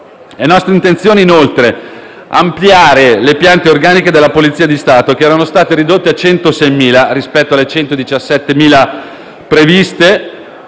È nostra intenzione, inoltre, ampliare le piante organiche della Polizia di Stato che erano state ridotte a 106.000 unità, rispetto alle 317.000 previste,